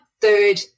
third